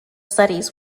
studies